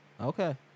Okay